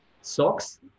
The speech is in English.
Socks